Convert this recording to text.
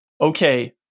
Okay